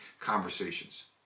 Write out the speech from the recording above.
conversations